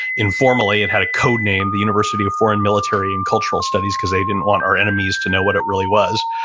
informally, it had a code name, the university of foreign military and cultural studies, because they didn't want our enemies to know what it really was.